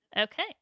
Okay